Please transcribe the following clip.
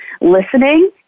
listening